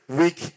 week